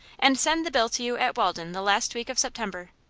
and send the bill to you at walden the last week of september.